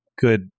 good